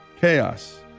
chaos